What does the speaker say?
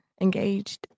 Engaged